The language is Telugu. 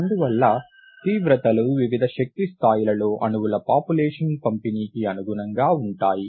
అందువల్ల తీవ్రతలు వివిధ శక్తి స్థాయిలలో అణువుల పాపులేషన్ పంపిణీకి అనుగుణంగా ఉంటాయి